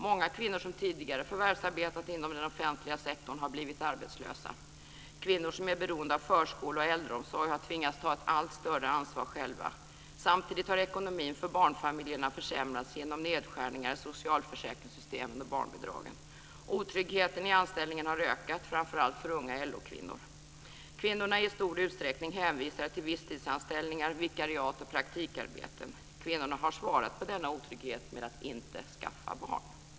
Många kvinnor som tidigare förvärvsarbetat inom den offentliga sektorn har blivit arbetslösa. Kvinnor som är beroende av förskola och äldreomsorg har tvingats ta ett allt större ansvar själva. Samtidigt har ekonomin för barnfamiljerna försämrats genom nedskärningar i socialförsäkringssystemen och barnbidragen. Otryggheten i anställningen har ökat, framför allt för unga LO-kvinnor. Kvinnorna är i stor utsträckning hänvisade till visstidsanställningar, vikariat och praktikarbeten. Kvinnorna har svarat på denna otrygghet med att inte skaffa barn.